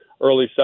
early